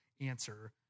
answer